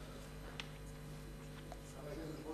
סגנית השר,